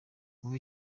kuva